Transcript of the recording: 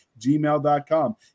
gmail.com